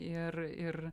ir ir